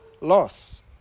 loss